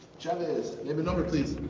chavez, name and number please.